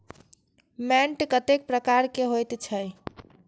मैंट कतेक प्रकार के होयत छै?